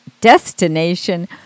destination